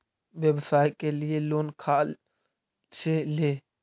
व्यवसाय के लिये लोन खा से ले?